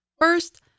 First